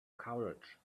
courage